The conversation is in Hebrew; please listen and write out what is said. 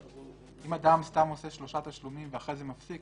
אם אדם סתם קובע שלושה תשלומים ואחרי זה מפסיק,